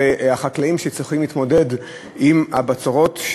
החקלאים שצריכים להתמודד עם הבצורות,